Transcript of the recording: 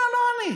אתה, לא אני.